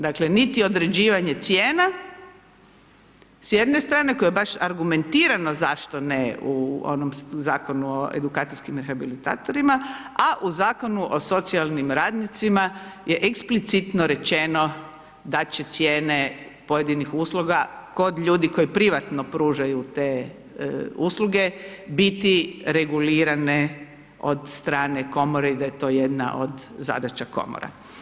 Dakle, niti određivanje cijena s jedne strane, koja je baš argumentirano zašto ne, u onom Zakonu o edukacijskim rehabilitatorima, a u Zakonu o socijalnim radnicima, je eksplicitno rečeno da će cijene pojedinih usluga kod ljudi koji privatno pružaju te usluge, biti regulirane od strane Komore i da je to jedna od zadaća Komora.